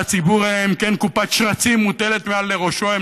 הציבור אלא אם כן קופת שרצים מוטלת מעל לראשו.